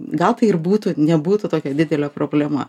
gal tai ir būtų nebūtų tokia didelė problema